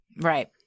Right